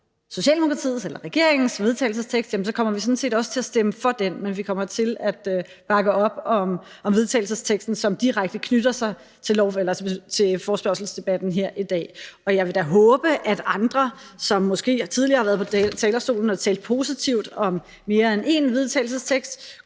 Socialdemokratiets vedtagelsestekst, jamen så kommer vi sådan set også til at stemme for den, men vi kommer til at bakke op om det forslag til vedtagelse, som direkte knytter sig til forespørgselsdebatten her i dag, og jeg vil da håbe, at andre, som måske tidligere i dag har været på talerstolen og talt positivt om mere end en vedtagelsestekst,